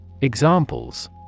Examples